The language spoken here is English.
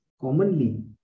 Commonly